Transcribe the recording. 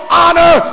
honor